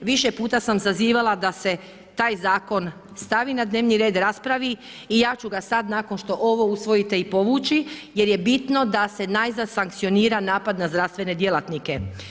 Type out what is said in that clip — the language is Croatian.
Više puta sam sazivala da se taj zakon stavi na dnevni red, raspravi i ja ću ga sad nakon što ovo usvojite i povući jer je bitno da se najzad sankcionira napad na zdravstvene djelatnike.